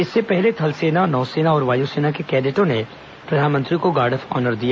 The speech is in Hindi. इससे पहले थलसेना नौसेना और वायुसेना के कैडेटों ने प्रधानमंत्री को गार्ड ऑफ ऑनर दिया